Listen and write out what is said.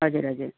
हजुर हजुर